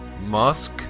musk